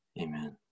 Amen